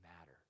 matter